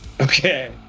Okay